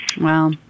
Wow